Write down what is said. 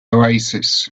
oasis